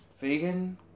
vegan